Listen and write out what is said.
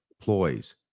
ploys